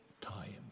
time